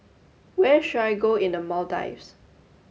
where should I go in a Maldives